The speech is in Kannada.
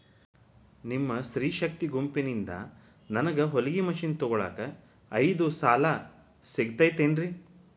ನಿಮ್ಮ ಸ್ತ್ರೇ ಶಕ್ತಿ ಗುಂಪಿನಿಂದ ನನಗ ಹೊಲಗಿ ಮಷೇನ್ ತೊಗೋಳಾಕ್ ಐದು ಸಾಲ ಸಿಗತೈತೇನ್ರಿ?